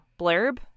blurb